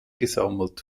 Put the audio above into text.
gesammelt